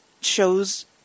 shows